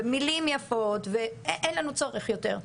ומילים יפות, אין לנו צורך יותר,